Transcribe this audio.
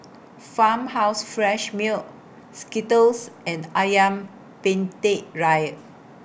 Farmhouse Fresh Milk Skittles and Ayam Penyet Ria